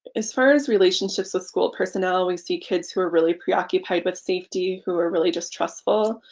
as far as relationships with school personnel, we see kids who are really preoccupied with safety who are really distrustful.